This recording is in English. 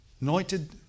anointed